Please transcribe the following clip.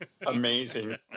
Amazing